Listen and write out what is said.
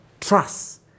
trust